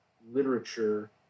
literature